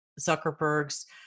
Zuckerberg's